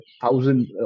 thousand